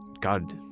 God